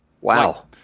Wow